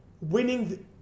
winning